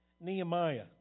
Nehemiah